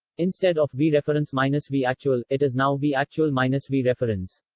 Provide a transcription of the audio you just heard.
instead of v reference minus v actual, it is now v actual minus v reference.